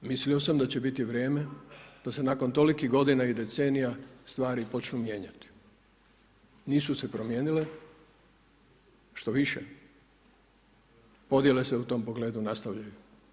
Mislio sam da će biti vrijeme da se nakon tolikih godina i decenija stvari počnu mijenjati, nisu se promijenile, štoviše, podjele se u tom pogledu nastavljaju.